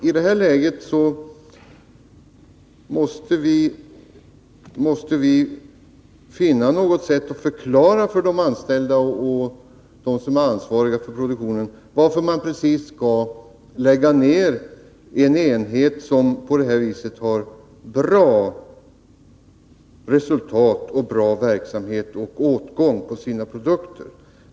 I det läget måste vi finna något sätt att förklara för de anställda och de som är ansvariga för produktionen varför man skall lägga ned en enhet som ger bra resultat och har bra åtgång på sina produkter.